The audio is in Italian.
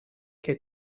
che